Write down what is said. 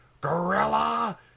gorilla